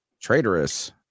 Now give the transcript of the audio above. traitorous